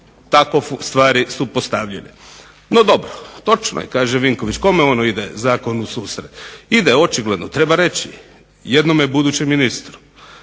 tako stvari su postavljene. No dobro, točno je kaže Vinković. Kome ono ide zakon u susret? Ide očigledno treba reći jednome budućem ministru.